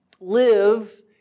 live